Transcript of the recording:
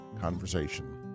conversation